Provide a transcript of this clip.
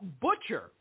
butcher